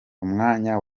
umwanya